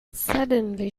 suddenly